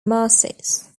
masses